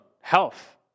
health